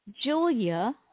Julia